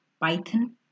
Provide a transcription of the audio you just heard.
Python